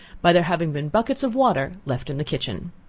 by there having been buckets of water left in the kitchen.